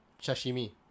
sashimi